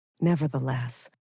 Nevertheless